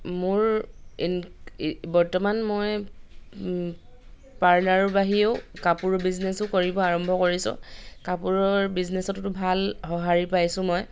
মোৰ ইন বৰ্তমান মই পাৰ্লাৰৰ বাহিৰেও কাপোৰ বিজনেছো কৰিব আৰম্ভ কৰিছোঁ কাপোৰৰ বিজনেছতোতো ভাল সঁহাৰি পাইছোঁ মই